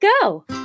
go